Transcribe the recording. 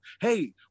hey